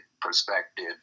perspective